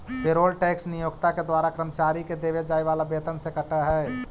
payroll tax नियोक्ता के द्वारा कर्मचारि के देवे जाए वाला वेतन से कटऽ हई